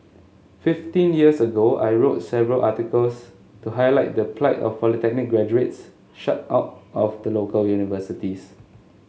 fifteen years ago I wrote several articles to highlight the plight of polytechnic graduates shut out of the local universities